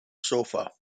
sofa